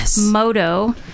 moto